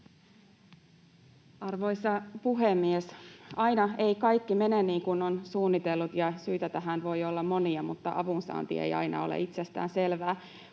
Arvoisa puhemies! Aina ei kaikki mene niin kuin on suunnitellut, ja syitä tähän voi olla monia, mutta avunsaanti ei aina ole itsestäänselvää.